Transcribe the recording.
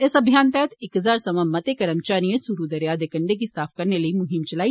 इस अभियान तैहत इक हजार सवां मते कर्मचारियें सरु दरेया दे कंडे गी साफ करने लेई इक मुहिम चलाई